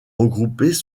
regroupés